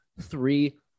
three